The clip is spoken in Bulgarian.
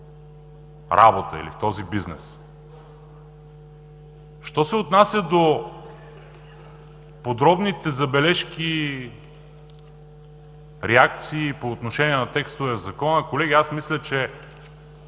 да бъде урегулирана. Що се отнася до подробните забележки, реакции по отношение на текстове в Закона, колеги, аз мисля, че